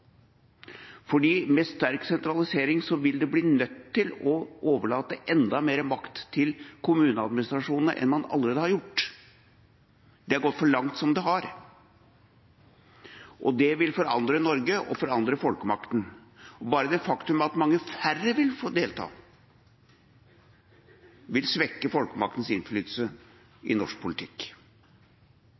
nødt til å overlate enda mer makt til kommuneadministrasjonene enn man allerede har gjort. Det har gått for langt som det har. Det vil forandre Norge og folkemakten. Og bare det faktum at mange færre vil få delta, vil svekke folkemaktens innflytelse i norsk politikk.